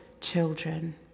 children